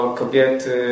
kobiety